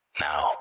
now